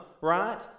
right